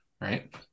right